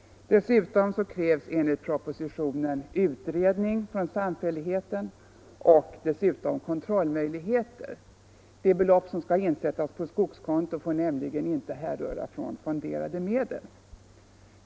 Därutöver krävs enligt propositionen utredning från samfälligheten och dessutom kontrollmöjligheter. Det belopp som skall insättas på skogskonto får nämligen inte härröra från fonderade medel.